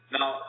Now